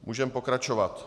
Můžeme pokračovat.